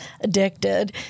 addicted